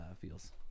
feels